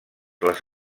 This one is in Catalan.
les